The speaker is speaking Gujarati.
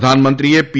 પ્રધાનમંત્રીએ પી